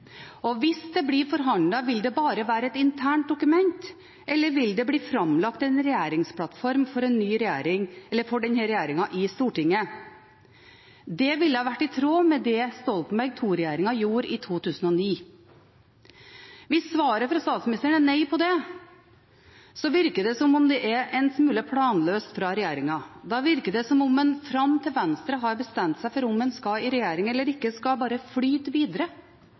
og hvis det blir forhandlet, vil det bare være et internt dokument, eller vil det bli framlagt en regjeringsplattform for denne regjeringen i Stortinget? Det ville vært i tråd med det Stoltenberg II-regjeringen gjorde i 2009. Hvis svaret fra statsministeren på det er nei, virker det som om det er en smule planløst fra regjeringen. Da virker det som om en fram til Venstre har bestemt seg for om en skal i regjering eller ikke, bare skal flyte videre